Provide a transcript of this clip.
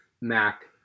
Mac